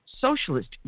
socialist